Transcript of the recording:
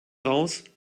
raus